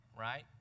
right